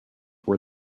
were